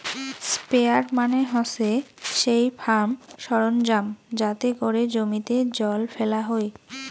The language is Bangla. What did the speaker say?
স্প্রেয়ার মানে হসে সেই ফার্ম সরঞ্জাম যাতে করে জমিতে জল ফেলা হই